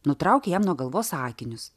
nutraukė jam nuo galvos akinius